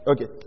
Okay